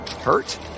Hurt